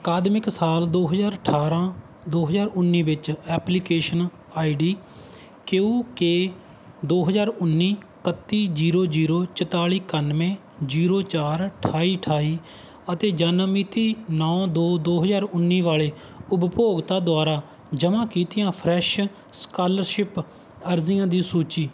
ਅਕਾਦਮਿਕ ਸਾਲ ਦੋ ਹਜ਼ਾਰ ਅਠਾਰ੍ਹਾਂ ਦੋ ਹਜ਼ਾਰ ਉੱਨੀ ਵਿੱਚ ਐਪਲੀਕੇਸ਼ਨ ਆਈਡੀ ਕਿਯੂ ਕੇ ਦੋ ਹਜ਼ਾਰ ਉੱਨੀ ਇਕੱਤੀ ਜ਼ੀਰੋ ਜ਼ੀਰੋ ਚੁਤਾਲੀ ਇਕਾਨਵੇਂ ਜ਼ੀਰੋ ਚਾਰ ਅਠਾਈ ਅਠਾਈ ਅਤੇ ਜਨਮ ਮਿਤੀ ਨੌਂ ਦੋ ਦੋ ਹਜ਼ਾਰ ਉੱਨੀ ਵਾਲੇ ਉਪਭੋਗਤਾ ਦੁਆਰਾ ਜਮ੍ਹਾਂ ਕੀਤੀਆਂ ਫਰੈਸ਼ ਸਕਾਲਰਸ਼ਿਪ ਅਰਜ਼ੀਆਂ ਦੀ ਸੂਚੀ